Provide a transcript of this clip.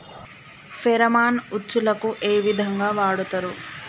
Pheromone ఉచ్చులకు ఏ విధంగా వాడుతరు?